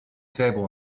table